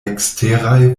eksteraj